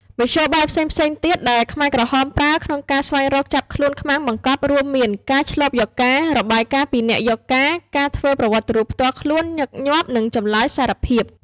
មធ្យោបាយផ្សេងៗ ទៀតដែលខ្មែរក្រហមប្រើក្នុងការស្វែងរកចាប់ខ្លួនខ្មាំងបង្កប់រួមមាន ការឈ្លបយកការណ៍ របាយការណ៍ពីអ្នកយកការណ៍ ការធ្វើប្រវត្តិរូបផ្ទាល់ខ្លួនញឹកញាប់ និងចម្លើយសារភាព ។